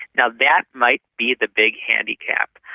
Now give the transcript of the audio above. now that might be the big handicap.